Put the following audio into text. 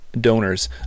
donors